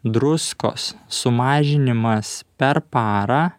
druskos sumažinimas per parą